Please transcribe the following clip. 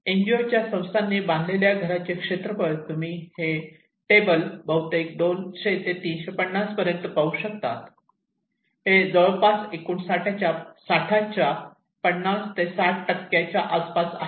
N G O संस्थांनी बांधलेल्या घराचे क्षेत्रफळ तुम्ही हे टेबल बहुतेक २०० ते 350 पर्यंत पाहू शकता हे जवळपास एकूण साठ्याच्या 50 ते 60 च्या आसपास आहे